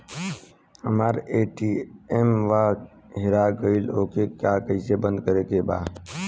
हमरा ए.टी.एम वा हेरा गइल ओ के के कैसे बंद करे के बा?